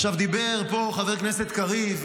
עכשיו דיבר פה חבר כנסת קריב,